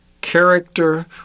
character